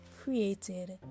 created